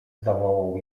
zawołał